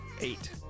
Eight